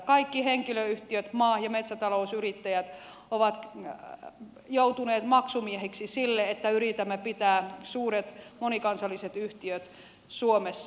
kaikki henkilöyhtiöt maa ja metsätalousyrittäjät ovat joutuneet maksumiehiksi sille että yritämme pitää suuret monikansalliset yhtiöt suomessa